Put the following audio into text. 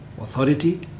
authority